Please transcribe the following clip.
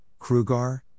Krugar